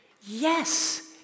yes